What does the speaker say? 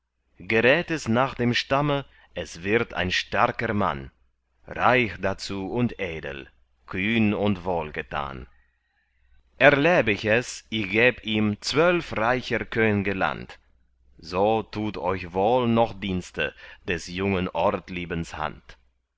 gerät es nach dem stamme es wird ein starker mann reich dazu und edel kühn und wohlgetan erleb ich es ich geb ihm zwölf reicher könge land so tut euch wohl noch dienste des jungen ortliebens hand